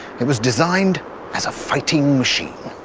it was designed as a fighting machine.